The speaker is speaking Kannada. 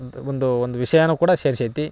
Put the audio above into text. ಒಂದು ಒಂದು ಒಂದು ವಿಷಯಾನು ಕೂಡ ಸೇರ್ಸೈತಿ